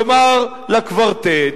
לומר לקוורטט,